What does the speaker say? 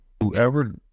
Whoever